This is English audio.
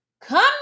come